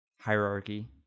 hierarchy